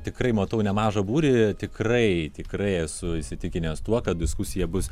tikrai matau nemažą būrį tikrai tikrai esu įsitikinęs tuo kad diskusija bus